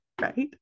right